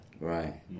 Right